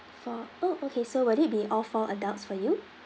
four oh okay so will it be all four adults for you